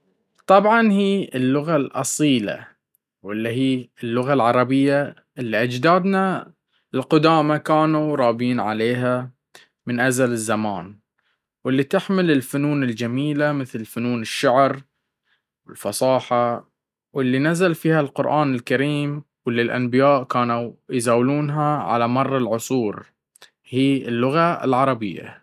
طبعا هلي اللغة الأصيلة واللي هي اللغة العربية اللي أجدادنا القدامة كانو رابين عليها من أزل الزمان واللي تحمل الفنون الجميلة مثل فنون الشعر والفصاحة واللي نزل فيها القرآن الكريم.